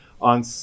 on